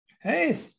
hey